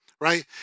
right